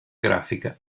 grafica